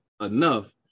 enough